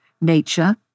Nature